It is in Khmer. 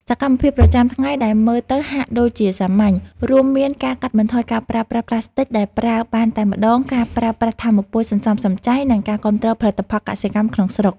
សកម្មភាពប្រចាំថ្ងៃដែលមើលទៅហាក់ដូចជាសាមញ្ញ រួមមានការកាត់បន្ថយការប្រើប្រាស់ប្លាស្ទិកដែលប្រើបានតែម្ដង ការប្រើប្រាស់ថាមពលសន្សំសំចៃ និងការគាំទ្រផលិតផលកសិកម្មក្នុងស្រុក។